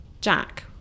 Jack